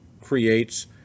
creates